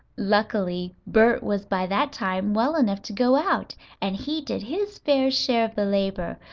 luckily, bert was by that time well enough to go out and he did his fair share of the labor,